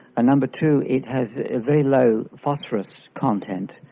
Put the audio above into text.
number two, it has a very low phosphorus content,